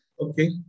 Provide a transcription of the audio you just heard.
Okay